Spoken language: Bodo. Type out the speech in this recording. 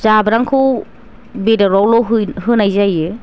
जाब्रांखौ बेदरावल' होनाय जायो